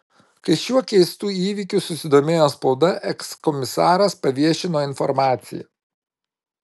kai šiuo keistu įvykiu susidomėjo spauda ekskomisaras paviešino informaciją